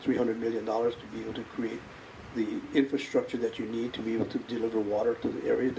three hundred million dollars to be able to create the infrastructure that you need to be able to deliver water to